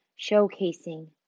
showcasing